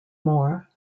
more